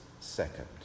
second